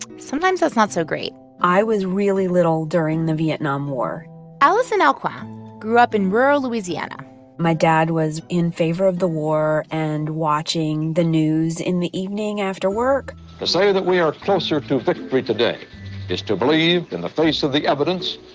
sometimes, that's not so great i was really little during the vietnam war alison aucoin grew up in rural louisiana my dad was in favor of the war and watching the news in the evening after work to say that we are closer to victory today is to believe, in the face of the evidence,